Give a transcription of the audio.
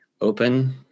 open